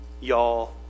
y'all